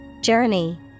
Journey